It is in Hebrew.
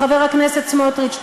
חבר הכנסת סמוטריץ,